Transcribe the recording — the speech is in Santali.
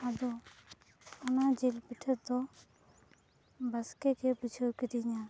ᱟᱫᱚ ᱚᱱᱟ ᱡᱤᱞ ᱯᱤᱴᱷᱟᱹ ᱫᱚ ᱵᱟᱥᱠᱮ ᱜᱮ ᱵᱩᱡᱷᱟᱹᱣ ᱠᱮᱫᱮᱧᱟ